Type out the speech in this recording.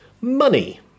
Money